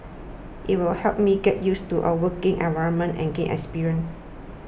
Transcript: it will help me get used to a working environment and gain experience